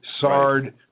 Sard